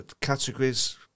Categories